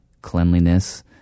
cleanliness